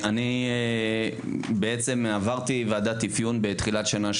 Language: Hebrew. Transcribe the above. אני בעצם עברתי ועדת אפיון בתחילת שנה שעברה,